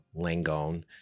Langone